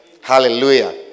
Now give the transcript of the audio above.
Hallelujah